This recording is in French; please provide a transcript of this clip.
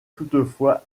toutefois